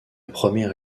première